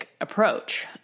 approach